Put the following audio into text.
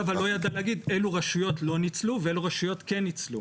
-- לא ניצלו ואילו רשויות כן ניצלו,